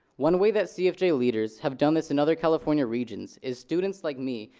one way that cfj leaders have done this in other california regions is students like me,